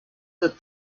that